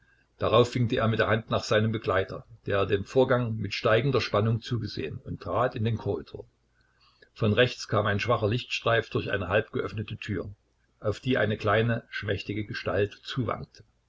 darauf winkte er mit der hand nach seinem begleiter der dem vorgang mit steigender spannung zugesehen und trat in den korridor von rechts kam ein schwacher lichtstreif durch eine halbgeöffnete tür auf die eine kleine schmächtige gestalt